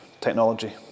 technology